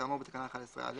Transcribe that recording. כאמור בתקנה 11א,